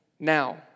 now